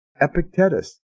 Epictetus